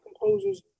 composers